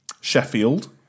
Sheffield